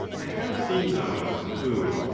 i have seen those, who,